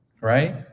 right